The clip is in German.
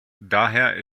daher